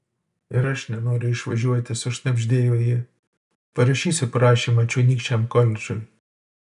ir aš nenoriu išvažiuoti sušnabždėjo ji parašysiu prašymą čionykščiam koledžui